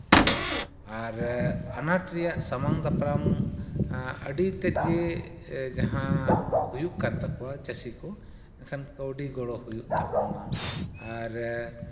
ᱦᱮᱸ ᱟᱨ ᱟᱱᱟᱴ ᱨᱮᱭᱟᱜ ᱥᱟᱢᱟᱝ ᱫᱟᱯᱨᱟᱢ ᱟᱹᱰᱤᱛᱮᱫ ᱜᱮ ᱡᱟᱦᱟᱸ ᱦᱩᱭᱩᱜ ᱠᱟᱱ ᱛᱟᱠᱚᱣᱟ ᱪᱟᱹᱥᱤ ᱠᱚ ᱮᱱᱠᱷᱟᱱ ᱠᱟᱹᱣᱰᱤ ᱜᱚᱲᱚ ᱦᱩᱭᱩᱜ ᱛᱟᱠᱚᱢᱟ ᱟᱨ